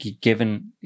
Given